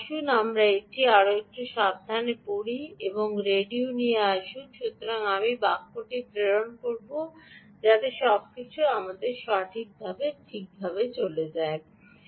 সুতরাং আসুন আমরা এটি আরও একটু সাবধানে পড়ি রেডিও আসুন সুতরাং আমি বাক্যটি প্রেরণ শুরু করব যাতে সবকিছু আমাদের জায়গায় ঠিকভাবে চলে যায়